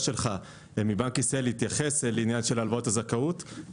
שלך מבנק ישראל להתייחס לעניין הלוואות הזכאות,